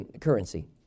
currency